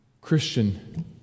Christian